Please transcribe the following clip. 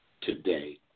today